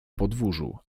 podwórzu